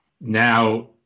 Now